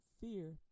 fear